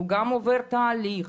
הוא גם עובר תהליך.